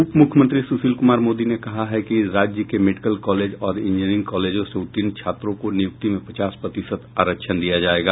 उप मुख्यमंत्री सुशील कुमार मोदी ने कहा है कि राज्य के मेडिकल और इंजीनियरिंग कॉलेजों से उत्तीर्ण छात्रों को नियुक्ति में पचास प्रतिशत आरक्षण दिया जाएगा